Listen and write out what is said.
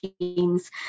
teams